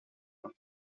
nom